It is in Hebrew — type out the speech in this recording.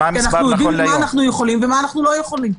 כי אנחנו יודעים מה אנחנו יכולים ומה אנחנו לא יכולים.